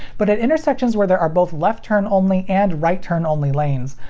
but at intersections where there are both left turn only and right turn only lanes,